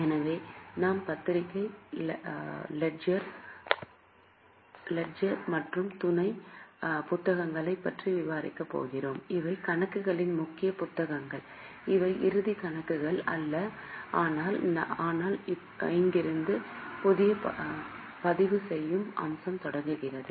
எனவே நாம் journal ledger மற்றும் துணை புத்தகங்களைப் பற்றி விவாதிக்கப் போகிறோம் இவை கணக்குகளின் முக்கிய புத்தகங்கள் இவை இறுதிக் கணக்குகள் அல்ல ஆனால் இங்கிருந்து பதிவு செய்யும் அம்சம் தொடங்குகிறது